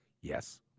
yes